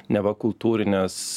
neva kultūrines